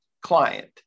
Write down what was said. client